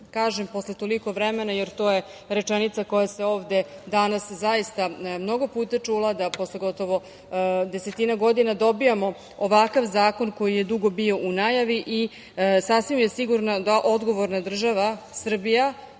kažem, posle toliko vremena jer to je rečenica koja se ovde danas zaista mnogo puta čula da posle gotovo desetina godina dobijamo ovakav zakon koji je dugo bio u najavi i sasvim je sigurno da odgovorna država Srbija